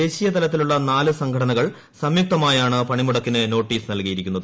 ദേശീയതലത്തിലുള്ള നാല് സംഘടനകൾ സംയുക്തമായാണ് പണിമുടക്കിന് നോട്ടീസ് നൽകിയിരിക്കുന്നത്